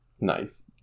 Nice